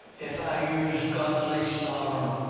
if i used godly sorrow.